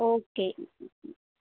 okay